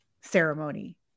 ceremony